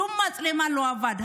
שום מצלמה לא עבדה.